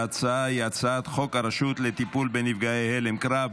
ההצעה היא הצעת חוק הרשות לטיפול בנפגעי הלם קרב,